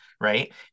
Right